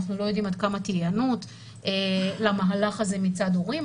אנחנו לא יודעים עד כמה תהיה היענות למהלך הזה מצד הורים,